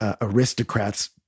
Aristocrats